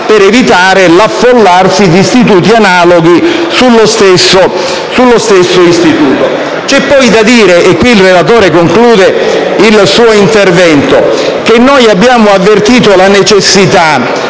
per evitare l'affollarsi di istituti analoghi sulla stessa fattispecie. C'è poi da dire - e qui il relatore conclude il suo intervento - che abbiamo avvertito la necessità